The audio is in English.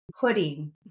Pudding